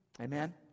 Amen